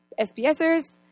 SBSers